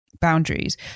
boundaries